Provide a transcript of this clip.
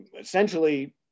essentially